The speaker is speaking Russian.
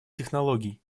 технологий